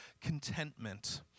contentment